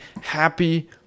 happy